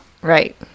right